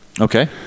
Okay